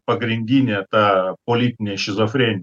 pagrindinė ta politinė šizofrenija